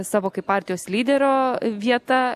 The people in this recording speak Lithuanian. savo kaip partijos lyderio vieta